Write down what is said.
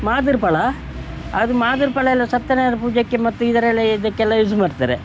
ಮಾದ್ರ ಫಲ ಅದು ಮಾದ್ರ ಫಲ ಎಲ್ಲ ಸತ್ಯನಾರಾಯಣ ಪೂಜೆಗೆ ಮತ್ತು ಇದರೆಲ್ಲ ಇದಕ್ಕೆಲ್ಲ ಯೂಸ್ ಮಾಡ್ತಾರೆ